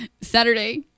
saturday